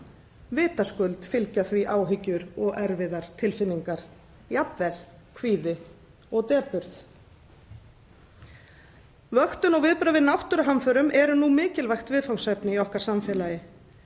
Vitaskuld fylgja því áhyggjur og erfiðar tilfinningar — jafnvel kvíði og depurð. Vöktun og viðbrögð við náttúruhamförum eru nú mikilvægt viðfangsefni. Mælitækni fleygir